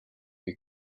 you